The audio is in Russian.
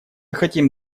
хотим